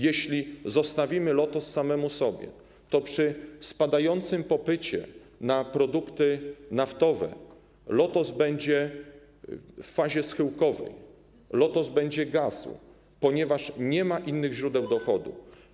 Jeśli zostawimy Lotos samemu sobie, to przy spadającym popycie na produkty naftowe Lotos będzie w fazie schyłkowej, Lotos będzie gasł, ponieważ nie ma innych źródeł dochodu.